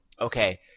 okay